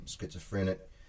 schizophrenic